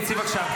תצאי בבקשה,